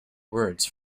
words